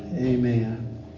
Amen